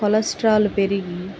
cholesterol పెరిగి